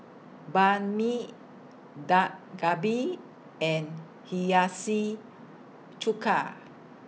Banh MI Dak Galbi and Hiyashi Chuka